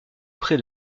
près